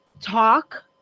talk